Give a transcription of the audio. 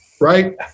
right